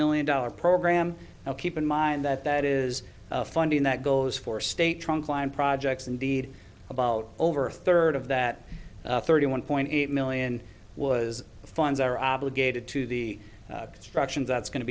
million dollars program now keep in mind that that is funding that goes for state trunkline projects indeed about over a third of that thirty one point eight million was the funds are obligated to the construction that's going to